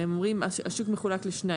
השוק מחולק לשניים,